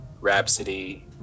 Rhapsody